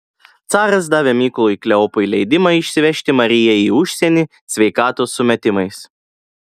caras davė mykolui kleopui leidimą išsivežti mariją į užsienį sveikatos sumetimais